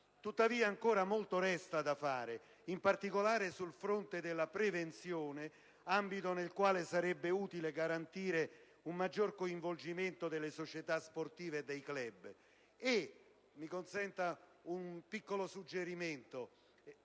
Tuttavia, molto resta ancora da fare, in particolare sul fronte della prevenzione, ambito nel quale sarebbe utile garantire un maggior coinvolgimento delle società sportive e dei *club* e, mi consenta un piccolo suggerimento,